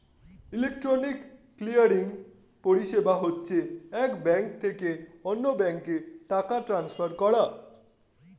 electronic clearing পরিষেবা হচ্ছে এক ব্যাঙ্ক থেকে অন্য ব্যাঙ্কে টাকা ট্রান্সফার করা